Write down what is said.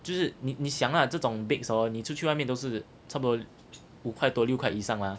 就是你你想啊这种 bakes hor 你出去外面都是差不多五块多六块以上啦